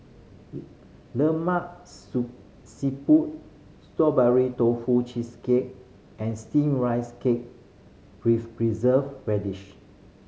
lemak siput Strawberry Tofu Cheesecake and Steamed Rice Cake with Preserved Radish